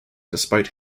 despite